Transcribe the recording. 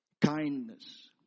Kindness